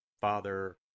Father